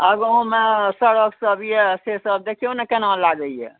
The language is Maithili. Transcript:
आ गाँवमे सड़क सब अछि से सब देखियौ ने केना लागैया